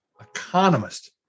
economist